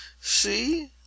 see